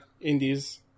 indies